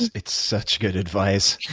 it's such good advice.